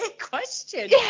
question